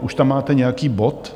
už tam máte nějaký bod?